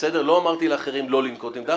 לא אמרתי לאחרים לא לנקוט עמדה,